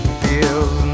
feels